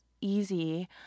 easy